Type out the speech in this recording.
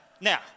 Now